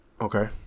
Okay